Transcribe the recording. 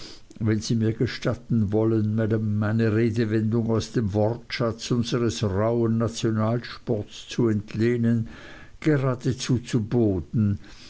wenn sie mir gestatten wollen maam eine redewendung aus dem wortschatz unseres rauhen nationalsportes zu entlehnen geradezu zu boden